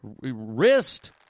wrist